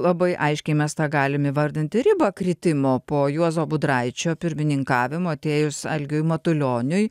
labai aiškiai mes tą galim įvardinti ribą kritimo po juozo budraičio pirmininkavimo atėjus algiui matulioniui